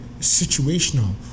Situational